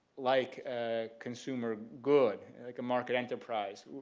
like ah consumer good, like a market enterprise,